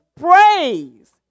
praise